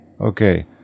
Okay